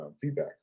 feedback